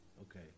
Okay